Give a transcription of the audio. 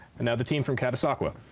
and now the team from catasauqua. i